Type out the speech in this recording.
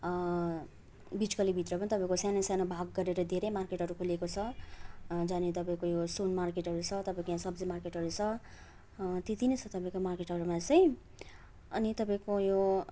बिचगल्लीभित्र पनि तपाईँको सानो सानो भाग गरेर धेरै मार्केटहरू खोलेको छ जहाँनिर तपाईँको यो सुन मार्केटहरू छ तपाईँको यहाँ सब्जी मार्केटहरू छ त्यति नै छ तपाईँको मार्केटहरूमा चाहिँ अनि तपाईँको यो